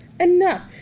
enough